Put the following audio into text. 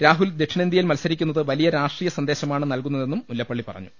രാഹുൽ ദക്ഷിണേന്ത്യയിൽ മത്സരിക്കുന്നത് വലിയ രാഷ്ട്രീയ സന്ദേശമാണ് നല്കുന്നതെന്നും മുല്ലപ്പള്ളി പറഞ്ഞു